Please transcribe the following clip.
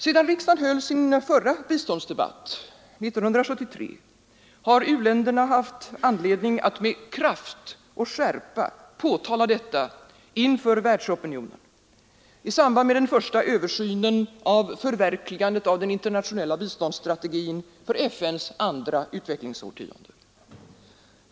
Sedan riksdagen höll sin förra biståndsdebatt 1973 har u-länderna haft anledning att med kraft och skärpa påtala detta förhållande inför världsopinionen i samband med den första översynen av förverkligandet av den internationella biståndsstrategin för FN:s andra utvecklingsårtionde.